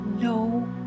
no